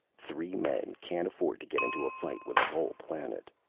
three men can't afford to get into a fight with a whole planet.